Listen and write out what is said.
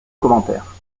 commentaire